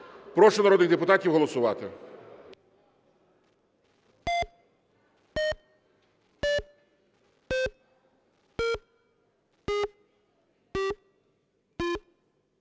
Прошу народних депутатів голосувати.